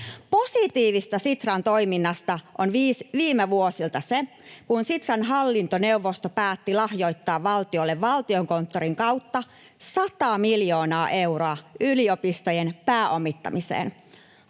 Positiivista Sitran toiminnasta on viime vuosilta se, kun Sitran hallintoneuvosto päätti lahjoittaa valtiolle Valtiokonttorin kautta 100 miljoonaa euroa yliopistojen pääomittamiseen.